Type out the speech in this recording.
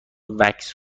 وکس